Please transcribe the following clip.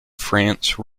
france